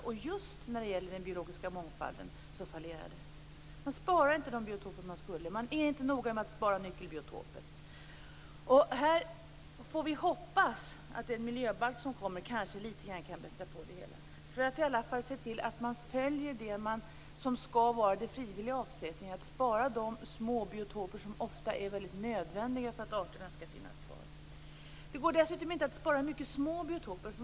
Det fallerar just när det gäller den biologiska mångfalden. Man sparar inte de biotoper man borde. Man är inte noga med att spara nyckelbiotoper. Vi får hoppas att den miljöbalk som kommer kan bättra på det hela litet grand och se till att man i alla fall gör frivilliga avsättningar och sparar de små biotoper som ofta är mycket nödvändiga för att arterna skall finnas kvar. Det går dessutom inte att spara mycket små biotoper.